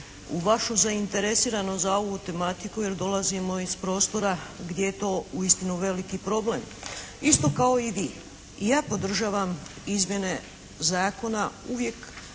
u vašu zainteresiranost za ovu tematiku jer dolazimo iz prostora koje je to uistinu veliki problem. Isto kao i vi i ja podržavam izmjene zakona uvijek